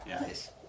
Nice